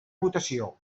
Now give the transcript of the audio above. votació